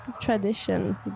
Tradition